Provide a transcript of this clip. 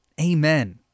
Amen